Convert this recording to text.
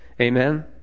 Amen